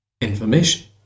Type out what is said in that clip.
information